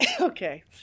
Okay